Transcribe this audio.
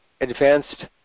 advanced